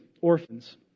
orphans